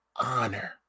honor